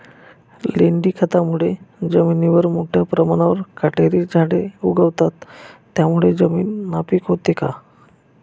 लेंडी खतामुळे जमिनीवर मोठ्या प्रमाणावर काटेरी झाडे उगवतात, त्यामुळे जमीन नापीक होते का?